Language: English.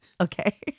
Okay